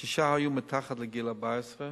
שישה היו מתחת לגיל 14,